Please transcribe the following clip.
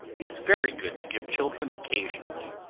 is very good to give children occasionally,